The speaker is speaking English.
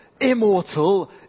immortal